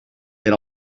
per